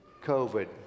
COVID